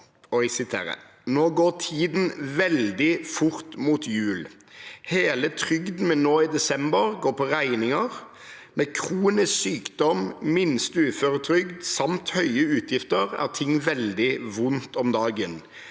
«Nå går tiden veldig fort mot jul. Hele trygden min nå i desember går på regninger. Med kronisk syk dom, minste uføretrygd samt høye utgifter er ting veldig vondt om dagen.